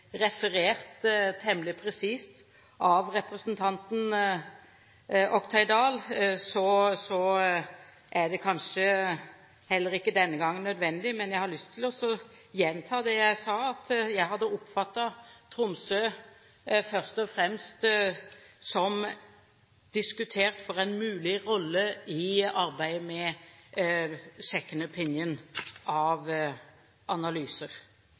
referert temmelig presist av representanten Oktay Dahl, er det kanskje heller ikke denne gangen nødvendig, men jeg har lyst til å gjenta det jeg sa, at jeg hadde oppfattet Tromsø først og fremst som diskutert for en mulig rolle i arbeidet med «second opinion» av analyser.